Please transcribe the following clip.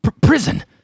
prison